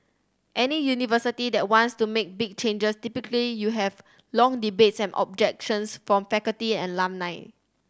any university that wants to make big changes typically you have long debates and objections from faculty and alumni